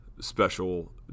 special